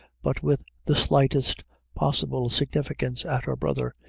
but with the slightest possible significance at her brother,